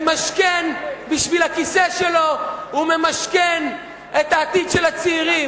בשביל הכיסא שלו הוא ממשכן את העתיד של הצעירים.